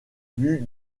vues